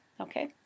okay